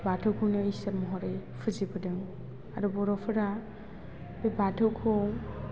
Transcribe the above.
बाथौखौनो इसोर महरै फुजिबोदों आरो बर'फोरा बे बाथौखौ